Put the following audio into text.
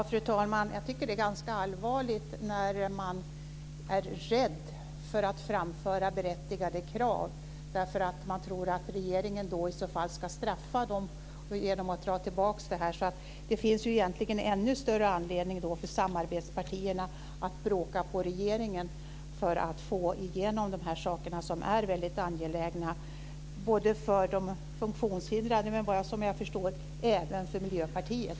Fru talman! Jag tycker att det är ganska allvarligt när man är rädd att framföra berättigade krav därför att man tror att regeringen i så fall ska straffa en genom att dra tillbaka förslaget. Då finns det egentligen ännu större anledning för samarbetspartierna att bråka på regeringen för att få igenom de här sakerna, som är väldigt angelägna - både för funktionshindrade och, som jag förstår, även för Miljöpartiet.